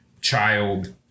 child